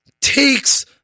takes